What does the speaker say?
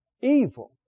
evil